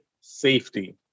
safety